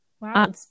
Wow